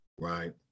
right